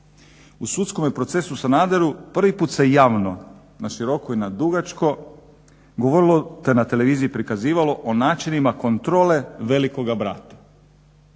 U sudskome procesu Sanaderu prvi put se javno na široko i na dugačko govorilo te na televiziji prikazivalo o načinima kontrole velikoga brata.